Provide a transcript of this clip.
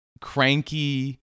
cranky